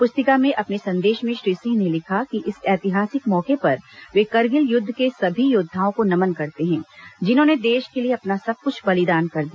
पुस्तिका में अपने संदेश में श्री सिंह ने लिखा कि इस ऐतिहासिक मौके पर वे करगिल युद्ध के सभी योद्दाओं को नमन करते हैं जिन्होंने देश के लिए अपना सब कुछ बलिदान कर दिया